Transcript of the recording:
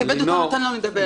הוא כיבד אותנו ונתן לנו לדבר.